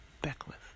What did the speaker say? Beckwith